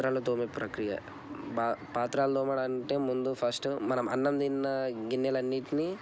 పాత్రలు తోమే ప్రక్రియ పాత్రలు తోమాలి అంటే ముందు ఫస్ట్ మనం అన్నం తిన్న గిన్నెలు అన్నింటిని